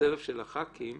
של הח"כים,